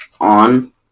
on